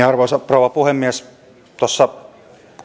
arvoisa rouva puhemies